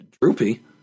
droopy